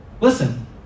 Listen